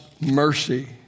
mercy